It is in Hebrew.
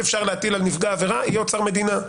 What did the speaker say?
אפשר להטיל על הנתבע יהיה אוצר מדינה.